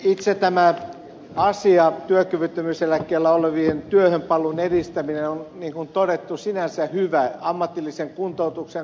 itse tämä asia työkyvyttömyyseläkkeellä olevien työhönpaluun edistäminen on niin kuin todettu sinänsä hyvä ammatillisen kuntoutuksen kannalta